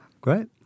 great